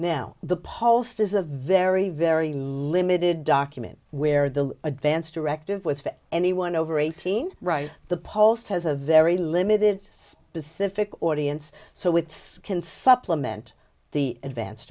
now the post is a very very limited document where the advance directive was for anyone over eighteen right the pulse has a very limited specific audience so it's can supplement the advance